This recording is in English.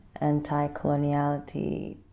anti-coloniality